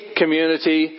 community